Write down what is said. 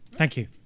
thank you.